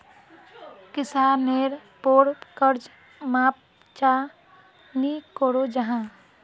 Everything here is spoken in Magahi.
किसानेर पोर कर्ज माप चाँ नी करो जाहा?